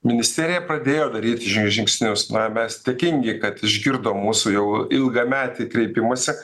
ministerija pradėjo daryti žin žingsnius na mes dėkingi kad išgirdo mūsų jau ilgametį kreipimąsi